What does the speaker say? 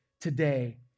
today